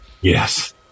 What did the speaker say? yes